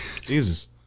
Jesus